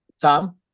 Tom